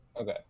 Okay